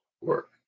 work